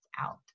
out